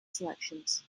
selections